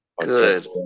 Good